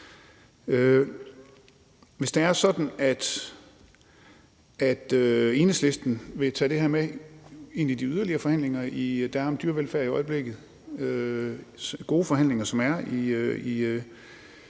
Hvis det er sådan, at Enhedslisten vil tage det her med ind i de yderligere forhandlinger, der er om dyrevelfærd i øjeblikket – gode forhandlinger, som er i